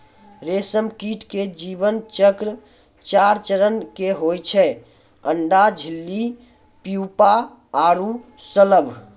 रेशम कीट के जीवन चक्र चार चरण के होय छै अंडा, इल्ली, प्यूपा आरो शलभ